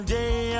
day